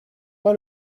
pas